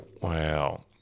Wow